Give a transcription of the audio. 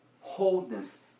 Wholeness